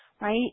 right